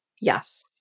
Yes